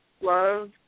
love